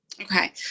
Okay